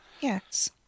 Yes